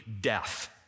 death